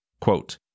Quote